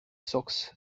sox